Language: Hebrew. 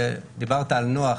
דיברת על נח,